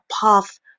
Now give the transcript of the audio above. path